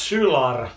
Sylar